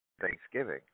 Thanksgiving